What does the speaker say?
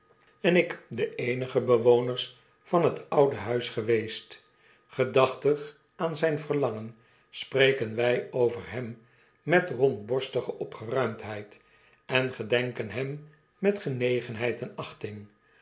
en ik de eenige bewoners van het oude huis geweest gedachtig aan zyn verlangen spreken wy over hem met rondborstige opgeruimdheid en gedenken hem met genegenheid en achting